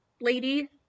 lady